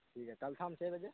ٹھیک ہے کل شام چھ بجے